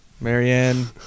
Marianne